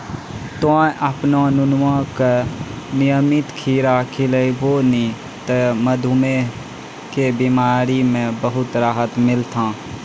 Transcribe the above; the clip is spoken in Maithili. तोहॅ आपनो नुनुआ का नियमित खीरा खिलैभो नी त मधुमेह के बिमारी म बहुत राहत मिलथौं